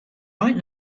right